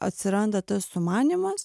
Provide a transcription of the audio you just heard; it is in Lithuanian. atsiranda tas sumanymas